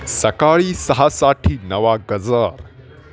सकाळी सहासाठी नवा गजर